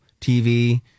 TV